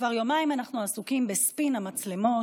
כבר יומיים אנחנו עסוקים בספין המצלמות,